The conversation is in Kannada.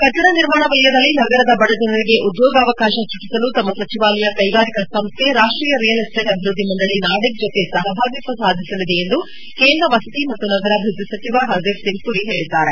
ಕಟ್ಟಡ ನಿರ್ಮಾಣ ವಲಯದಲ್ಲಿ ನಗರದ ಬಡಜನರಿಗೆ ಉದ್ಯೋಗಾವಕಾಶ ಸೃಷ್ಟಿಸಲು ತಮ್ಮ ಸಚಿವಾಲಯ ಕೈಗಾರಿಕಾ ಸಂಸ್ದೆ ರಾಷ್ಟೀಯ ರಿಯಲ್ ಎಸ್ವೇಟ್ ಅಭಿವೃದ್ದಿ ಮಂಡಳಿ ನಾರ್ಡೆಕ್ ಜೊತೆ ಸಹಭಾಗಿತ್ವ ಸಾಧಿಸಲಿದೆ ಎಂದು ಕೇಂದ್ರ ವಸತಿ ಮತ್ತು ನಗರಾಭಿವೃದ್ದಿ ಸಚಿವ ಹರ್ದೀಪ್ ಸಿಂಗ್ ಪುರಿ ಹೇಳಿದ್ದಾರೆ